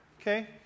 okay